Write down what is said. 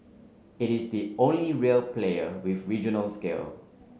it is the only real player with regional scale